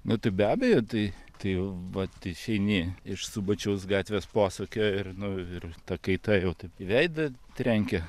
na tai be abejo tai tai vat išeini iš subačiaus gatvės posūkio ir nu ir ta kaita jau taip į veidą trenkia